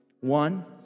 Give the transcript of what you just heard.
one